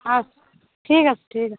আচ্ছা ঠিক আছে ঠিক আছে